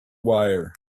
wire